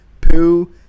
poo